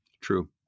True